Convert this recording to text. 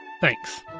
Thanks